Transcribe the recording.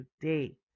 today